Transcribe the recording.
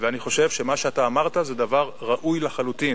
ומה שאמרת הוא דבר ראוי לחלוטין.